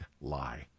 lie